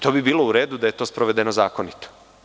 To bi bilo u redu da je to sprovedeno zakonito.